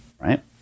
right